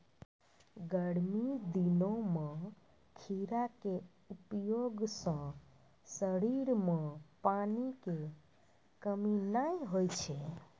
गर्मी दिनों मॅ खीरा के उपयोग सॅ शरीर मॅ पानी के कमी नाय होय छै